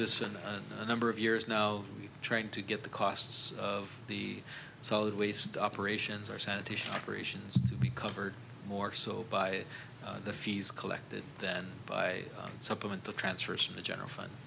this in a number of years now trying to get the costs of the solid waste operations our sanitation operations be covered more so by the fees collected then by supplement the transfers from the general fund